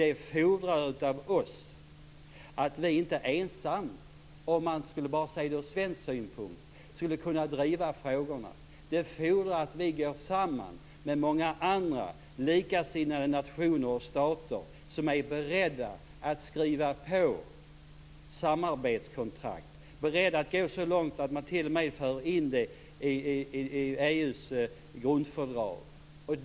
Det fordrar av oss att vi inte driver frågorna bara ur svensk synpunkt. Det fordrar att vi går samman med många andra likasinnade nationer och stater som är beredda att skriva på samarbetskontrakt, och det fordrar att vi går så långt att dessa t.o.m. förs in i EU:s grundfördrag.